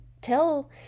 tell